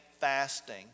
fasting